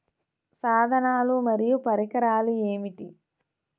సాధనాలు మరియు పరికరాలు ఏమిటీ?